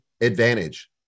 advantage